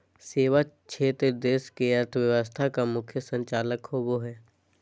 सेवा क्षेत्र देश के अर्थव्यवस्था का मुख्य संचालक होवे हइ